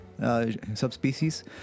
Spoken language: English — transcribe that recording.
Subspecies